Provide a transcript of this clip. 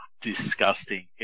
disgusting